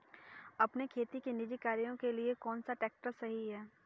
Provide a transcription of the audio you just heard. अपने खेती के निजी कार्यों के लिए कौन सा ट्रैक्टर सही है?